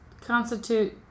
constitute